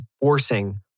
forcing